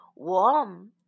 warm